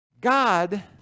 God